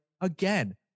again